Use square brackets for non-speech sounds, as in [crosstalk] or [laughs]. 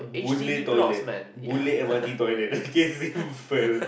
Woodleigh toilet Woodleigh m_r_t toilet [laughs] K see who fell